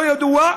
לא ידוע,